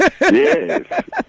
Yes